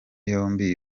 yombi